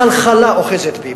חלחלה אוחזת בי.